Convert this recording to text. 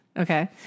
Okay